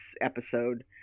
episode